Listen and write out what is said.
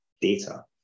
data